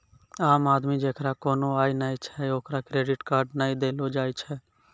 आम आदमी जेकरा कोनो आय नै छै ओकरा क्रेडिट कार्ड नै देलो जाय छै